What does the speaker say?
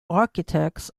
architects